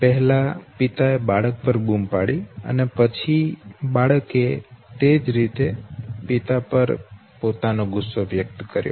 પહેલા પિતા એ બાળક ઉપર બૂમ પાડી અને પછી બાળકે તે જ રીતે પિતા પર પોતાનો ગુસ્સો વ્યક્ત કર્યો